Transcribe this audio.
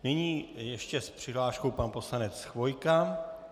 Nyní ještě s přihláškou pan poslanec Chvojka.